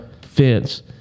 fence